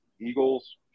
Eagles